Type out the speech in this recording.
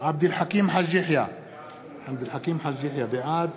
עבד אל חכים חאג' יחיא, בעד